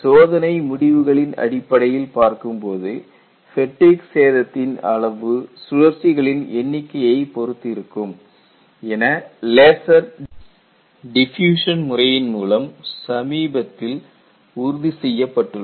சோதனை முடிவுகளின் அடிப்படையில் பார்க்கும்போது ஃபேட்டிக் சேதத்தின் அளவு சுழற்சிகளின் எண்ணிக்கையை பொறுத்து இருக்கும் என லேசர் டிஃப்யூஷன் முறையின் மூலம் சமீபத்தில் உறுதி செய்யப்பட்டுள்ளது